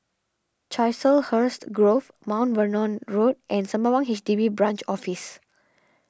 Chiselhurst Grove Mount Vernon Road and Sembawang H D B Branch Office